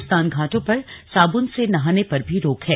स्नानघाटों पर साबून से नहाने पर भी रोक है